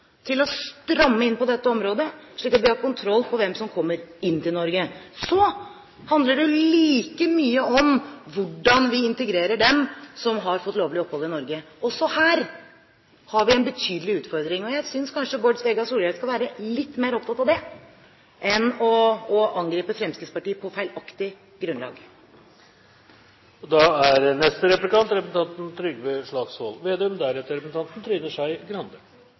til å stramme inn på dette området, slik at vi har kontroll på hvem som kommer inn til Norge. Så handler det like mye om hvordan vi integrerer dem som har fått lovlig opphold i Norge. Også her har vi en betydelig utfordring. Jeg synes kanskje Bård Vegar Solhjell skal være litt mer opptatt av det enn av å angripe Fremskrittspartiet på feilaktig grunnlag. Først vil jeg gratulere representanten